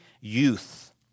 youth